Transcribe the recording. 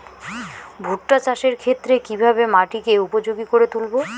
ভুট্টা চাষের ক্ষেত্রে কিভাবে মাটিকে উপযোগী করে তুলবো?